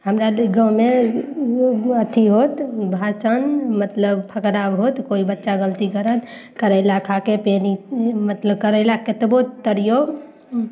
हमरा गाँव मे अथी होत भाषण मतलब फकरा होत कोइ बच्चा गलती करत करैला खाके पेनी मतलब करैला केतबो तरियौ